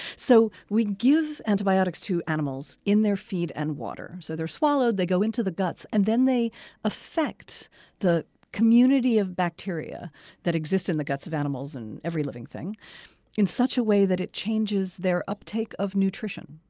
so we give antibiotics to animals animals in their feed and water, so they're swallowed, they go into the guts, and then they affect the community of bacteria that exist in the guts of animals and every living thing in such a way that it changes their uptake of nutrition.